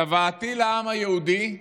צוואתי לעם היהודי,